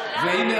והינה,